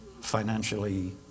financially